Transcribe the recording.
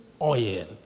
oil